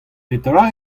petra